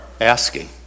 asking